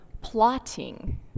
plotting